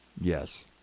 Yes